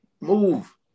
Move